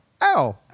ow